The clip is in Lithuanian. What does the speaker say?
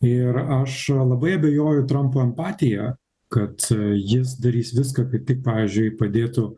ir aš labai abejoju trampo empatija kad jis darys viską kad tik pavyzdžiui padėtų